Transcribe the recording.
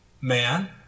man